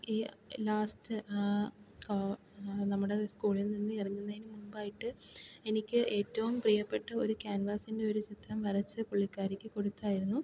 ഈ ലാസ്റ്റ് ആ കാ നമ്മുടെ സ്കൂളിൽ നിന്ന് ഇറങ്ങുന്നതിന് മുമ്പായിട്ട് എനിക്ക് ഏറ്റവും പ്രിയപ്പെട്ട ഒരു ക്യാൻവാസിൻ്റെയൊരു ചിത്രം വരച്ച് പുള്ളിക്കാരിക്ക് കൊടുത്തായിരുന്നു